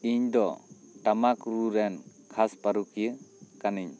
ᱤᱧ ᱫᱚ ᱴᱟᱢᱟᱠ ᱨᱩ ᱨᱮᱱ ᱠᱷᱟᱥ ᱯᱟᱹᱨᱩᱠᱷᱤᱭᱟᱹ ᱠᱟᱹᱱᱟᱹᱧ